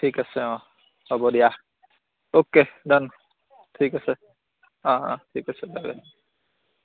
ঠিক আছে অঁ হ'ব দিয়া অ'কে ডান ঠিক আছে অঁ অঁ ঠিক আছে